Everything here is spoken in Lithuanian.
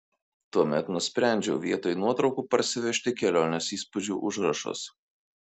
tuomet nusprendžiau vietoj nuotraukų parsivežti kelionės įspūdžių užrašus